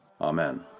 Amen